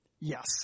Yes